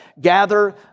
gather